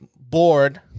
board